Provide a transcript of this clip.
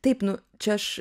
taip nu čia aš